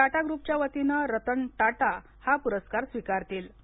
टाटा ग्रुपच्या वतीनं रतन टाटा हा पुरस्कार स्वीकारतील